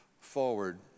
forward